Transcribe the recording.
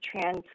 trans